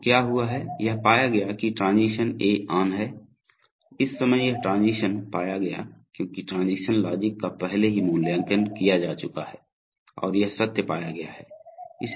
तो क्या हुआ है यह पाया गया कि ट्रांजीशन ए ऑन है इस समय यह ट्रांजीशन पाया गया क्योंकि ट्रांजीशन लॉजिक का पहले ही मूल्यांकन किया जा चुका है और यह सत्य पाया गया है